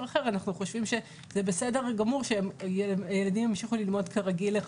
אחר שאנחנו חושבים שזה בסדר גמור שילדים ימשיכו לחלוטין